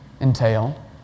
entail